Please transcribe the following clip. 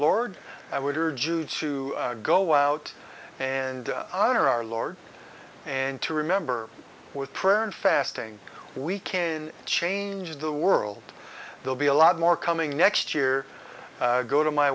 lord i would urge you to go out and honor our lord and to remember with prayer and fasting we can change the world they'll be a lot more coming next year go to my